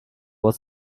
was